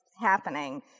happening